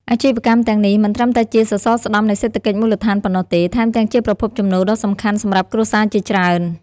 អាជីវកម្មទាំងនេះមិនត្រឹមតែជាសសរស្តម្ភនៃសេដ្ឋកិច្ចមូលដ្ឋានប៉ុណ្ណោះទេ ថែមទាំងជាប្រភពចំណូលដ៏សំខាន់សម្រាប់គ្រួសារជាច្រើន។